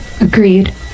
Agreed